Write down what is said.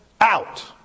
out